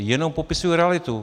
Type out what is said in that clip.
Jenom popisuji realitu.